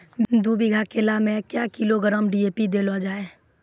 दू बीघा केला मैं क्या किलोग्राम डी.ए.पी देले जाय?